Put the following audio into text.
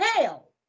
hell